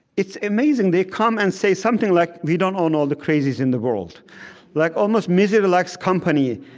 it's amazing, they come and say something like we don't own all the crazies in the world like, almost, misery likes company,